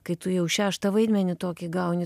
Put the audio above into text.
kai tu jau šeštą vaidmenį tokį gauni